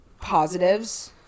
positives